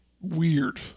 weird